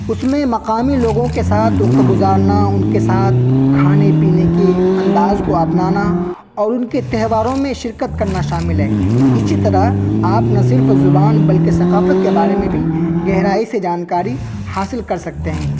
اس میں مقامی لوگوں کے ساتھ وقت گزارنا ان کے ساتھ کھانے پینے کے انداز کو اپنانا اور ان کے تہواروں میں شرکت کرنا شامل ہے اسی طرح آپ نہ صرف زبان بلکہ ثقافت کے بارے میں بھی گہرائی سے جانکاری حاصل کر سکتے ہیں